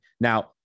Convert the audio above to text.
Now